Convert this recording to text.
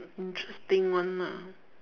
interesting one ah